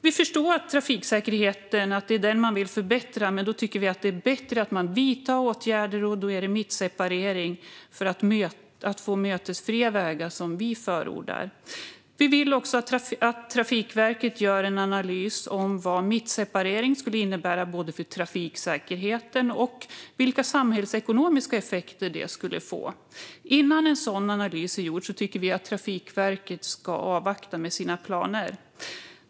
Vi förstår att man vill förbättra trafiksäkerheten, men då tycker vi att det är bättre att man vidtar andra åtgärder. Mittseparering för att få mötesfria vägar är det som vi förordar. Vi vill också att Trafikverket gör en analys om vad mittseparering skulle innebära för trafiksäkerheten och vilka samhällsekonomiska effekter det skulle få. Innan en sådan analys är gjord tycker vi att Trafikverket ska avvakta med sina planer.